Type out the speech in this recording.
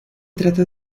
trata